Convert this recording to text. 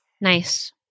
Nice